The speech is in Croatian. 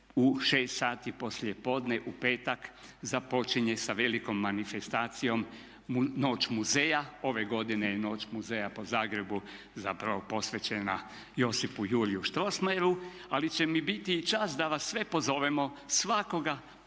u 18,00 sati u petak započinje sa velikom manifestacijom "Noć muzeja". Ove godine je "Noć muzeja" po Zagrebu zapravo posvećena Josipu Jurju Strossmayeru ali će mi biti čast da vas sve pozovemo, svakoga ponaosob